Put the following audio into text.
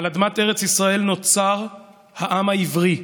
על אדמת ארץ ישראל, נוצר העם העברי.